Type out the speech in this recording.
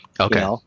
okay